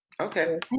Okay